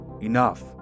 Enough